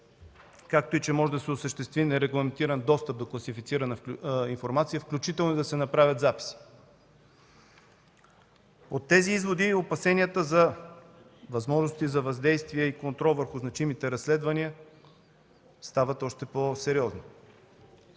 както и че може да се осъществи нерегламентиран достъп до класифицирана информация, включително и да се направят записи. От тези изводи и опасенията за възможности за въздействие и контрол върху значимите разследвания стават още по-сериозни.